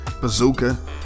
bazooka